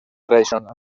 tradicional